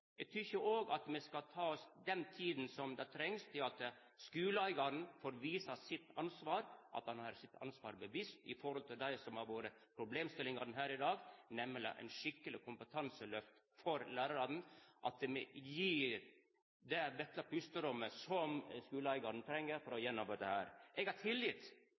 tykkjer òg at me skal ta oss den tida som trengst for at skuleeigaren skal få vist sitt ansvar, at han er seg sitt ansvar bevisst i forhold til det som har vore problemstillingane her i dag, nemleg eit skikkeleg kompetanselyft for lærarane. Me må gje skuleeigaren det vesle pusterommet som han treng for å få gjennom dette. Eg har tillit